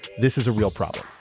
this is a real problem